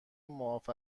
معاف